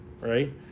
Right